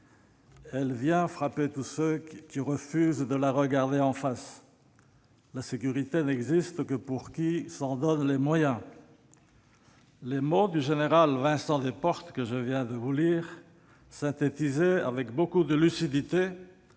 elle vient frapper tous ceux qui refusent de la regarder en face. La sécurité n'existe que pour qui s'en donne les moyens. » Les mots du général Vincent Desportes que je viens de vous lire synthétisaient, avec beaucoup de lucidité,